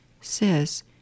says